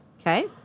Okay